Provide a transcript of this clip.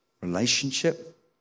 relationship